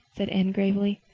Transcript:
said anne gravely.